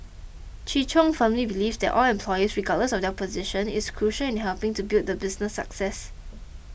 Chi Chung firmly believes that all employees regardless of their position is crucial in helping to build the business success